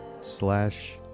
slash